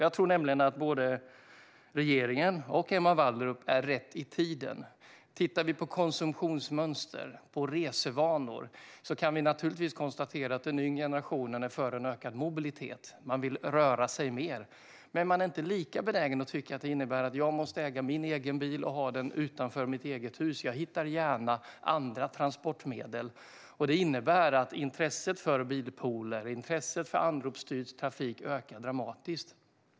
Jag tror att både regeringen och Emma Wallrup är rätt i tiden. När det gäller konsumtionsmönster och resvanor kan vi naturligtvis konstatera att den yngre generationen är för en ökad mobilitet; man vill röra sig mer. Men man är inte lika benägen att äga en egen bil och ha den utanför sitt eget hus, utan man hittar gärna andra transportmedel. Det innebär att intresset för bilpooler och anropsstyrd trafik ökar dramatiskt.